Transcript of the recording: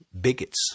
bigots